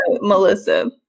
Melissa